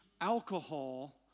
alcohol